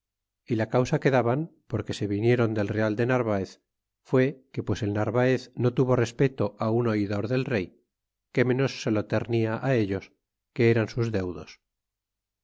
é la causa que daban porque se vinieron del real de narvaez pié que pues el narvaez no tuvo respeto un oidor del rey que menos se lo ternia ellos que eran sus deudos